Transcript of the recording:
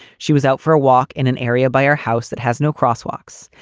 she was out for a walk in an area by our house that has no crosswalks,